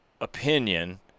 opinion